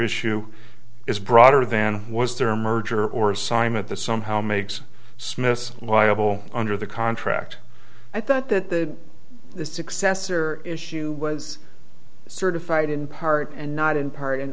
issue is broader than was there a merger or assignment the somehow makes smith liable under the contract i thought that the successor issue was certified in part and not in part and